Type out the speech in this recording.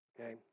okay